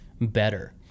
better